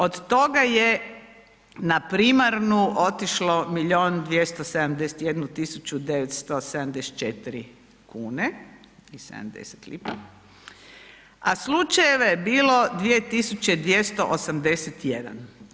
Od toga je na primarnu otišlo milijun 271 tisuću 974 kune i 70 lipa, a slučajeva je bilo 2 tisuće 281.